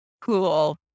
Cool